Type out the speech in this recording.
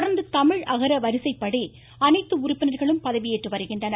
தொடர்ந்து தமிழ் அகர வரிசைப்படி அனைத்து உறுப்பினர்களும் பதவியேற்று வருகின்றனர்